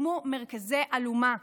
הוקמו מרכזי אלומה,